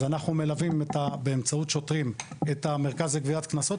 אז אנחנו מלווים באמצעות שוטרים את המרכז לגביית קנסות,